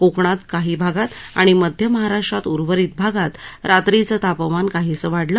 कोकणात काही भागात आणि मध्य महाराष्ट्राच्या उर्वरित भागात रात्रीचं तापमान काहीस वाढलं